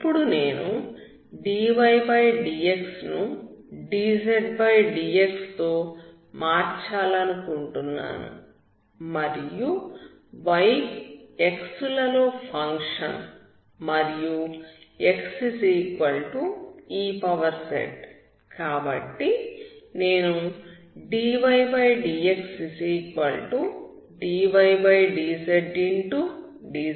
ఇప్పుడు నేను dydx ను dzdx తో మార్చాలనుకుంటున్నాను మరియు y x లలో ఫంక్షన్ మరియు xez కాబట్టి నేను dydxdydz